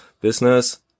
business